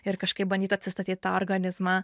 ir kažkaip bandyt atsistatyt tą organizmą